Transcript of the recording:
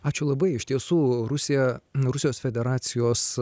ačiū labai iš tiesų rusija rusijos federacijos